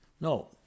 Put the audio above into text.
No